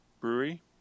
brewery